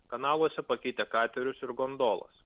kanaluose pakeitę katerius ir gondolas